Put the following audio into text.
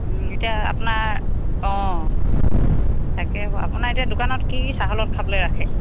এতিয়া আপোনাৰ অঁ তাকে আকৌ আপোনাৰ এতিয়া দোকানত কি কি চাহৰ লগত খাবলৈ ৰাখে